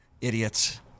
Idiots